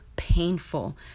Painful